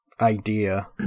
idea